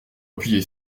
appuyer